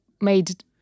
made